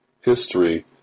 history